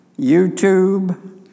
YouTube